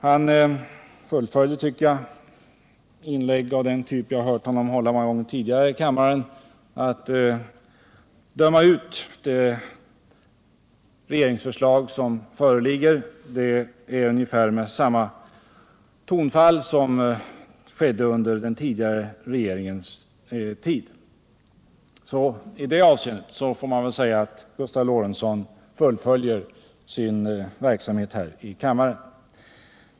Han fullföljde, tycker jag, inlägg av den typ jag hört honom göra många gånger tidigare här i kammaren och som går ut på att döma ut det regeringsförslag som föreligger. Det gjorde han nu med ungefär samma tonfall som under den tidigare regeringens tid. I det avseendet får man väl säga att Gustav Lorentzon fullföljer sin verksamhet här i kammaren.